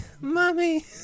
mommy